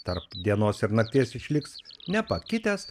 tarp dienos ir nakties išliks nepakitęs